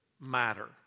matter